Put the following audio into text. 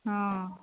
ହଁ